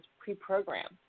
pre-programmed